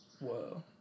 Whoa